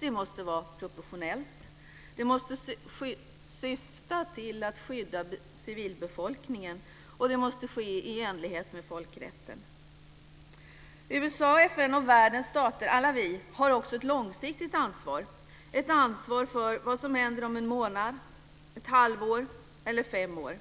Det måste vara proportionellt, det måste syfta till att skydda civilbefolkningen, och det måste ske i enlighet med folkrätten. USA, FN och världens stater, alla har vi också ett långsiktigt ansvar, ett ansvar för vad som händer om en månad, ett halvår eller fem år.